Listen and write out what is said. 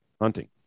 hunting